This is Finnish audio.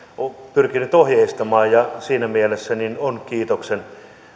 pyrkinyt ohjeistamaan ja siinä mielessä on kiitoksen